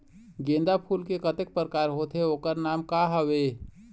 गेंदा फूल के कतेक प्रकार होथे ओकर नाम का हवे?